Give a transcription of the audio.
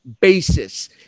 basis